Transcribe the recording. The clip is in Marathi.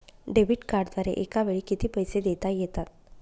डेबिट कार्डद्वारे एकावेळी किती पैसे देता येतात?